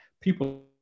people